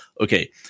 Okay